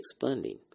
funding